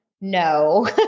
no